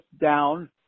down